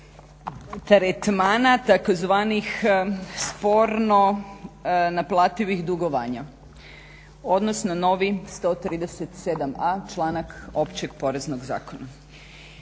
tretmana tzv. sporno naplativih dugovanja. Odnosno novi 137.a članak Općeg poreznog zakona.